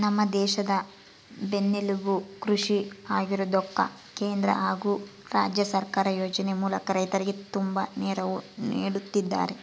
ನಮ್ಮ ದೇಶದ ಬೆನ್ನೆಲುಬು ಕೃಷಿ ಆಗಿರೋದ್ಕ ಕೇಂದ್ರ ಹಾಗು ರಾಜ್ಯ ಸರ್ಕಾರ ಯೋಜನೆ ಮೂಲಕ ರೈತರಿಗೆ ತುಂಬಾ ನೆರವು ನೀಡುತ್ತಿದ್ದಾರೆ